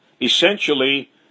essentially